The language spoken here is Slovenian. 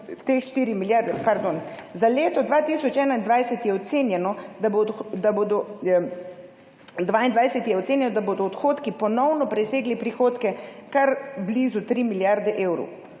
Za leto 2022 je ocenjeno, da bodo odhodki ponovno presegli prihodke kar blizu tri milijarde evrov.